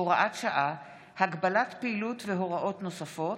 (הוראת שעה) (הגבלת פעילות והוראות נוספות)